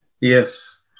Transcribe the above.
Yes